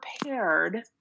prepared